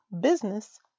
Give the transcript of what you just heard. business